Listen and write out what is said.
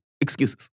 excuses